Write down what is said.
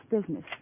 business